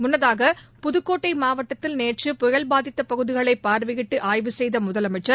முன்னதாக புதுக்கோட்டை மாவட்டத்தில் நேற்று புயல் பாதித்த பகுதிகளை பார்வையிட்டு ஆய்வு செய்த முதலமைச்சர்